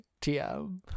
TM